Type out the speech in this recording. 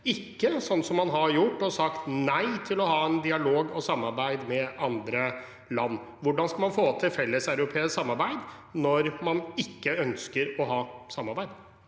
ikke sånn man har gjort det, å si nei til å ha en dialog og samarbeid med andre land. Hvordan skal man få til et felleseuropeisk samarbeid når man ikke ønsker å ha samarbeid?